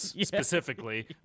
specifically